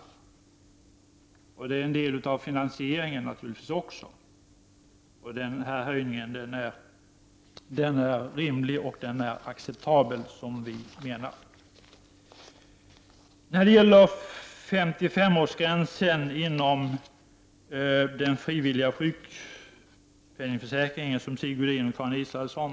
Naturligtvis är den också en del av finansieringen. Höjningen är rimlig och acceptabel, menar vi. Sigge Godin och Karin Israelsson har omnämnt 55-årsgränsen inom den frivilliga sjukpenningförsäkringen.